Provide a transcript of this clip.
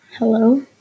Hello